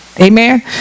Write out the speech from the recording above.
Amen